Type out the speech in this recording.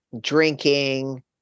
drinking